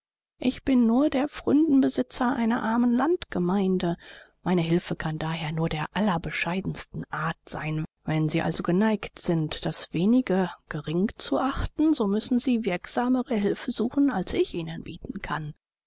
ich bin nur der pfründenbesitzer einer armen landgemeinde meine hilfe kann daher nur der allerbescheidensten art sein wenn sie also geneigt sind das wenige gering zu achten so müssen sie wirksamere hilfe suchen als ich ihnen bieten kann